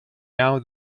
now